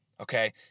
okay